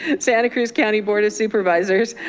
and so and kind of county board of supervisors,